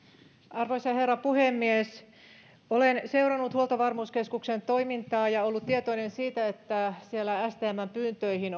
arvoisa herra puhemies olen seurannut huoltovarmuuskeskuksen toimintaa ja ollut tietoinen siitä että siellä ryhdyttiin vastaamaan stmn pyyntöihin